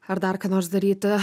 ar dar ką nors daryti